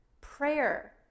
Prayer